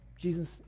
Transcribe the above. Jesus